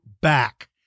back